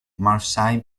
marshal